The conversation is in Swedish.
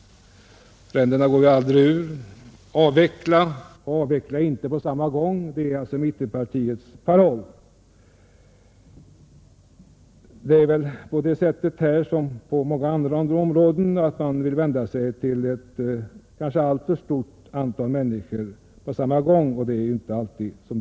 Ränderna går aldrig ur — avveckla och avveckla inte på samma gång är alltså mittenpartiernas paroll. Det är väl på det sättet här som på många andra områden att man vill vända sig till ett kanske alltför stort antal människor på samma gång, och det är inte alltid så bra.